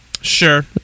Sure